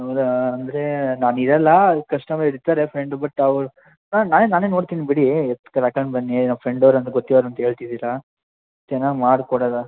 ಆಮೇಲೆ ಅಂದರೆ ನಮಗೆಲ್ಲ ಅಲ್ಲಿ ಕಸ್ಟಮರ್ ಇರ್ತಾರೆ ಫ್ರೆಂಡು ಬಟ್ ಅವ್ರು ನಾನೇ ನಾನೇ ನೋಡ್ತೀನಿ ಬಿಡಿ ಎತ್ತಿ ತಕಂಡು ಬನ್ನಿ ನಮ್ಮ ಫ್ರೆಂಡವ್ರ ಅನ್ ನಮ್ಗೆ ಗೊತ್ತಿರವ್ರು ಅಂತ ಹೇಳ್ತಿದೀರ ಚೆನ್ನಾಗಿ ಮಾಡಿಕೊಡೋದ